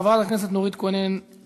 חברת הכנסת נורית קורן,